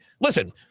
Listen